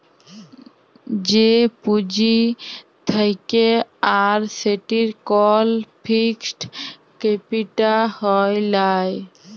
যে পুঁজি থাক্যে আর সেটির কল ফিক্সড ক্যাপিটা হ্যয় লায়